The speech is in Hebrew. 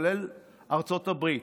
גם ארצות הברית,